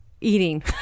eating